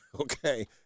okay